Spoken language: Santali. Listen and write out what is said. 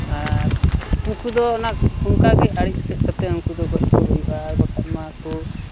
ᱟᱨ ᱱᱩᱠᱩ ᱫᱚ ᱚᱱᱟ ᱚᱱᱠᱟᱜᱮ ᱟᱲᱮ ᱮᱥᱮᱫ ᱠᱟᱛᱮᱫ ᱜᱚᱡ ᱠᱚ ᱦᱩᱭᱩᱜᱼᱟ ᱟᱨ ᱵᱟᱠᱷᱟᱡ ᱠᱚ